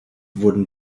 wurden